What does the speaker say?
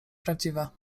prawdziwe